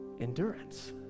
endurance